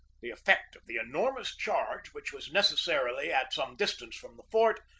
the effect of the enormous charge, which was necessarily at some distance from the fort,